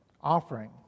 offering